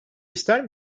ister